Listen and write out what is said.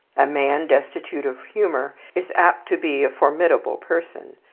a man destitute of humour is apt to be a formidable person,